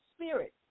spirit